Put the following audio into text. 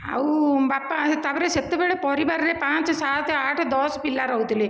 ଆଉ ବାପା ତା'ପରେ ସେତେବେଳେ ପରିବାରରେ ପାଞ୍ଚ ସାତ ଆଠ ଦଶ ପିଲା ରହୁଥିଲେ